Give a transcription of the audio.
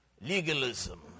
Legalism